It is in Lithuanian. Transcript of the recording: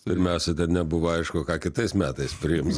pirmiausia dar nebuvo aišku ką kitais metais priims